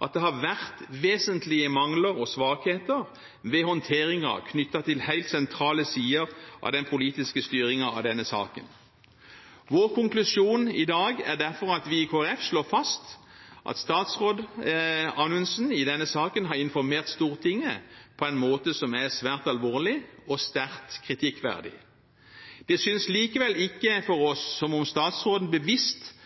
at det har vært vesentlige mangler og svakheter ved håndteringen knyttet til helt sentrale sider av den politiske styringen av denne saken. Vår konklusjon i dag er derfor at vi i Kristelig Folkeparti slår fast at statsråd Anundsen i denne saken har informert Stortinget på en måte som er svært alvorlig og sterkt kritikkverdig. Det synes likevel ikke for oss som om statsråden bevisst